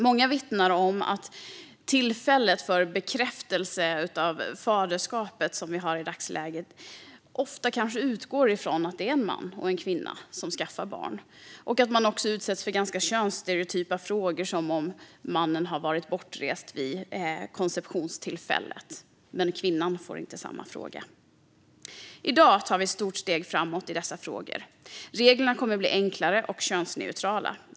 Många vittnar om att man vid tillfället för bekräftelse av faderskapet, som vi har i dagsläget, ofta utgår från att det är en man och en kvinna som skaffar barn och att föräldrarna också utsätts för ganska könsstereotypa frågor, till exempel om mannen har varit bortrest vid konceptionstillfället. Kvinnan får inte samma fråga. I dag tar vi ett stort steg framåt i dessa frågor. Reglerna kommer att bli enklare och könsneutrala.